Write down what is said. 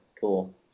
cool